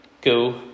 go